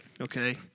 okay